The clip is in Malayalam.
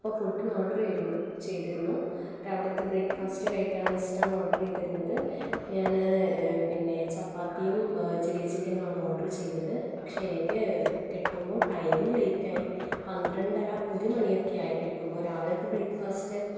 അപ്പ ഫുഡിന് ഓർഡർ ചെയ്തിരുന്നു രാവിലത്തെ ബ്രേക്ഫാസ്റ് കഴിക്കാമെന്ന് വെച്ചിട്ടാണ് ഓർഡർ ചെയ്തിരുന്നത് ഞാൻ പിന്നെ ചപ്പാത്തിയും ചില്ലി ചിക്കനുമാണ് ഓർഡർ ചെയ്തത് പക്ഷേ എനിക്ക് കിട്ടുമ്പോൾ ടൈമും ലേറ്റ് ആയി പന്ത്രണ്ടര ഒരു മണിയൊക്കെ ആയി കിട്ടുമ്പോൾ രാവിലത്തെ ബ്രേക്ക്ഫാസ്റ്റ്